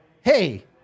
hey